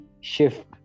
shift